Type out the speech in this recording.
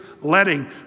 letting